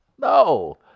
no